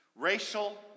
racial